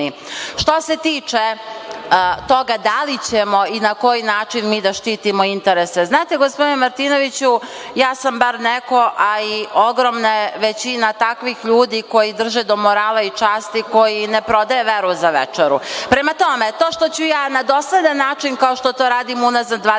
se tiče toga da li ćemo i na koji način mi da štitimo interese, znate, gospodine Martinoviću, ja sam bar neko, a i ogromna je većina takvih ljudi koji drže do morala i časti, koji ne prodaju veru za večeru, prema tome, to što ću ja na dosadan način, kao što to radim unazad 25